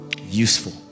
useful